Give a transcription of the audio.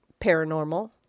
paranormal